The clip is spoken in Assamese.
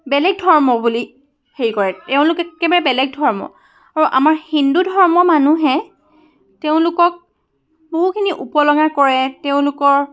বেলেগ ধৰ্ম বুলি হেৰি কৰে এওঁলোক একেবাৰে বেলেগ ধৰ্ম আৰু আমাৰ হিন্দু ধৰ্মৰ মানুহে তেওঁলোকক বহুখিনি উপলুঙা কৰে তেওঁলোকৰ